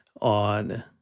on